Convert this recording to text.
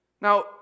Now